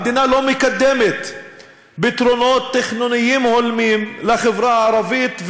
המדינה לא מקדמת פתרונות תכנוניים הולמים לחברה הערבית,